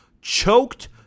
choked